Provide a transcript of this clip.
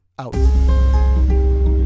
out